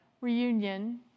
reunion